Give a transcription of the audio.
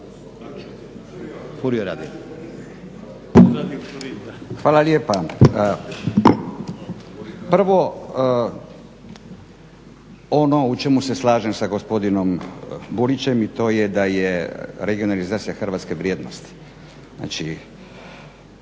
Hvala lijepa. Prvo ono u čemu se slažem sa gospodinom Burićem i to je da je regionalizacija Hrvatske vrijednost.